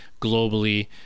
globally